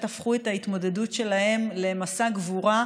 הפכו את ההתמודדות שלהם למסע גבורה.